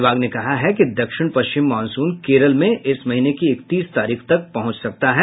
विभाग ने कहा है कि दक्षिण पश्चिम मॉनसून केरल में इस महीने की इकतीस तारीख तक पहुंच सकता है